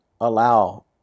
allow